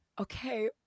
Okay